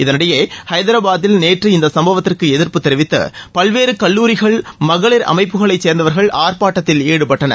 இதனிடையே ஹைதராபாதில் நேற்று இந்த சம்பவத்திற்கு எதிர்ப்பு தெரிவித்து பல்வேறு கல்லூரிகள் மகளிர் அமைப்புகளைச் சேர்ந்தவர்கள் ஆர்ப்பாட்டத்தில் ஈடுபட்டனர்